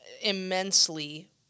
immensely